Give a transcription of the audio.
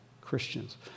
Christians